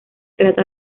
trata